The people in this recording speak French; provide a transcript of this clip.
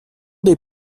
des